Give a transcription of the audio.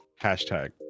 hashtag